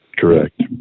Correct